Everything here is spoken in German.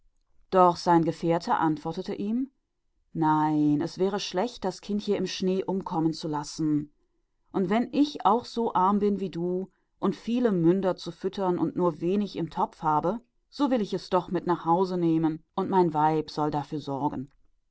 aber sein gefährte antwortete ihm nein es wäre schlecht das kind hier im schnee umkommen zu lassen und wenn ich auch ebenso arm bin wie du und viele münder zu füttern und nur wenig in der schüssel habe so will ich es doch mit nach hause nehmen und mein weib soll dafür sorgen